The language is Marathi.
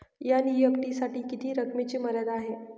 एन.ई.एफ.टी साठी किती रकमेची मर्यादा आहे?